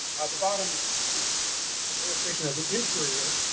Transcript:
the bottom is an illustration of the interior.